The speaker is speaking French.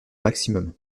maximum